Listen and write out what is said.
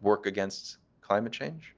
work against climate change?